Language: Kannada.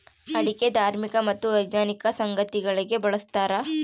ಅಡಿಕೆ ಧಾರ್ಮಿಕ ಮತ್ತು ವೈಜ್ಞಾನಿಕ ಸಂಗತಿಗಳಿಗೆ ಬಳಸ್ತಾರ